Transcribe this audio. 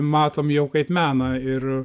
matom jau kaip meną ir